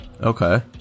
Okay